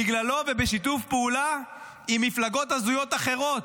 בגללו ובשיתוף פעולה עם מפלגות הזויות אחרות.